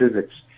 physics